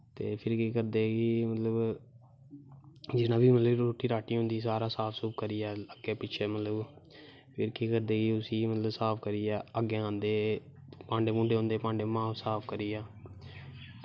ते फिर केह् करदे कि मतलव रोटा रोटी होंदी फिर सारा साफ सूफ करियै अग्गैं पिच्छें मतलव केह् करदे कि मतलव हिसाब करियै अग्गैं आंदे भांडे भूडें होंदे साफ करियै